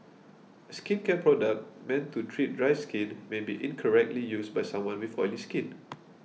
a skincare product meant to treat dry skin may be incorrectly used by someone with oily skin